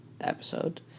episode